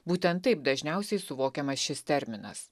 būtent taip dažniausiai suvokiamas šis terminas